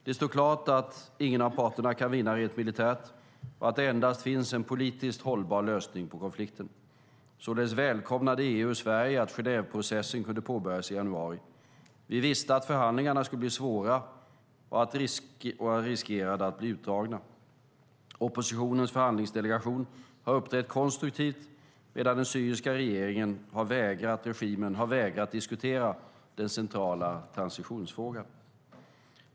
Det står klart att ingen av parterna kan vinna rent militärt och att det endast finns en politisk hållbar lösning på konflikten. Således välkomnade EU och Sverige att Genèveprocessen kunde påbörjas i januari. Vi visste att förhandlingarna skulle bli svåra och riskerade att bli utdragna. Oppositionens förhandlingsdelegation har uppträtt konstruktivt, medan den syriska regimen har vägrat diskutera den centrala transitionsfrågan.